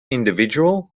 individual